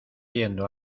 yendo